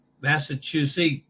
Massachusetts